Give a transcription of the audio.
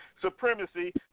supremacy